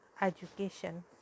education